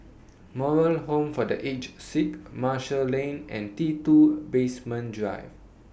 Moral Home For The Aged Sick Marshall Lane and T two Basement Drive